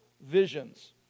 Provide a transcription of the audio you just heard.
visions